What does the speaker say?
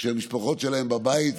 כשהמשפחות שלהם בבית.